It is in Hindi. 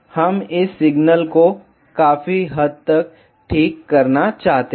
हम इस सिग्नल को काफी हद तक ठीक करना चाहते हैं